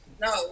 No